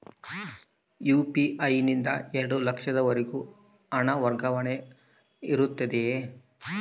UPI ನಿಂದ ಎರಡು ಲಕ್ಷದವರೆಗೂ ಹಣ ವರ್ಗಾವಣೆ ಇರುತ್ತದೆಯೇ?